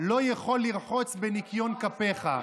לא יכול לרחוץ בניקיון כפיך.